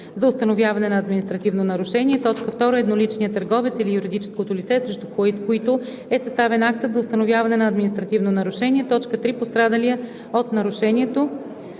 за установяване на административно нарушение; 2. едноличния търговец или юридическото лице, срещу които е съставен актът за установяване на административно нарушение; 3. пострадалия от нарушението.“